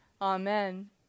Amen